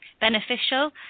beneficial